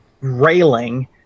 railing